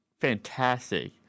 fantastic